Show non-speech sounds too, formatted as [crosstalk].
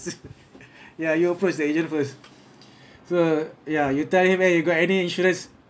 [laughs] ya you approach the agent first [breath] so ya you tell him eh you got any insurance